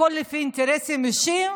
הכול לפי אינטרסים אישיים.